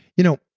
you know,